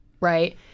right